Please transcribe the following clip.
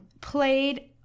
played